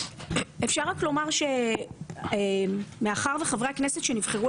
אפשר רק לומר שמאחר שחברי הכנסת שנבחרו